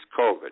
COVID